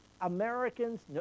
Americans